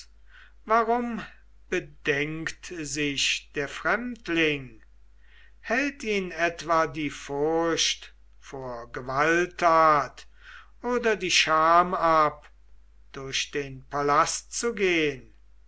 warum bedenkt sich der fremdling hält ihn etwa die furcht vor gewalttat oder die scham ab durch den palast zu gehn